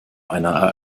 einer